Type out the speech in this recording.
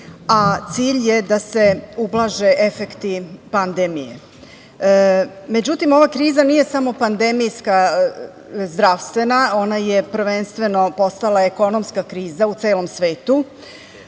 a cilj je da se ublaže efekti pandemije. Međutim, ova kriza nije samo pandemijska, zdravstvena, ona je prvenstveno postala ekonomska kriza u celom svetu.